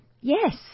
yes